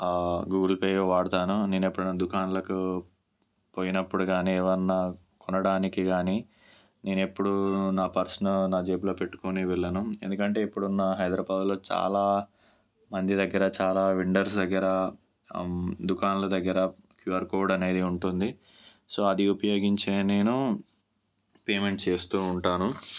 Google pay వాడతాను నేను ఎప్పుడైనా దుఖాన్లకు పోయినప్పుడు గానీ ఏవన్నా కొనడానికి గానీ నేనెప్పుడూ నా పర్సు నా జేబులో పెట్టుకొని వెళ్ళను ఎందుకంటే ఇప్పుడున్న హైదరాబాద్లో చాలా మంది దగ్గర చాలా వెండర్స్ దగ్గర దుఖాన్ల దగ్గర క్యూఆర్ కోడ్ అనేది ఉంటుంది సో అది ఉపయోగించే నేను పేమెంట్ చేస్తూ ఉంటాను